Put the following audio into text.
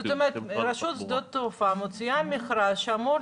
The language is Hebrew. זאת אומרת רשות שדות התעופה מוציאה מכרז שאמור